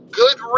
good